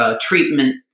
treatment